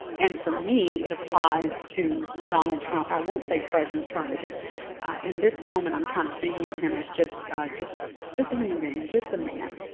and for me it applies to donald trump i won't say president trump because in this moment i'm kind of thinking of him as just just just a human being just a man,